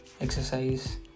exercise